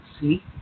see